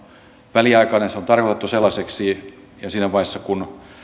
väliaikainen se on tarkoitettu sellaiseksi ja siinä vaiheessa kun